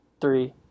three